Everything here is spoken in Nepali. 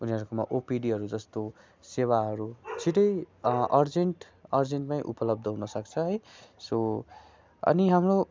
उनीहरूकोमा ओपिडीहरू जस्तो सेवाहरू छिट्टै अर्जेन्ट अर्जेन्टमै उपलब्ध हुन सक्छ है सो अनि हाम्रो